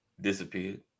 disappeared